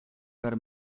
per